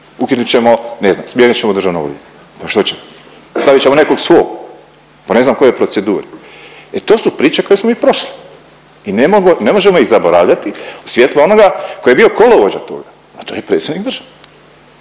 Ukinut ćemo ne znam smijenit ćemo državnog odvjetnika, što ćemo stavit ćemo nekog svog po ne znam kojoj proceduri. E to su priče koje smo mi prošli i ne možemo ih zaboravljati u svjetlu onoga tko je bio kolovođa toga, a to je predsjednik države.